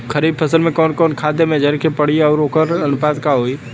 खरीफ फसल में कवन कवन खाद्य मेझर के पड़ी अउर वोकर अनुपात का होई?